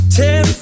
ten